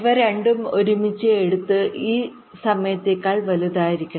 ഇവ രണ്ടും ഒരുമിച്ച് എടുത്തത് ഈ സമയത്തേക്കാൾ വലുതായിരിക്കണം